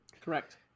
Correct